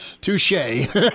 Touche